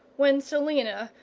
when selina,